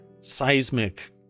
seismic